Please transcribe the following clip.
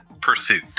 pursuit